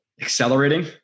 accelerating